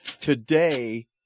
today